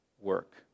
work